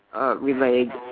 Relayed